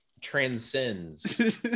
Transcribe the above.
transcends